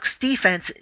defense